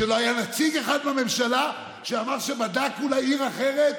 כשלא היה נציג אחד מהממשלה שאמר שבדק אולי עיר אחרת?